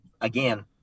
again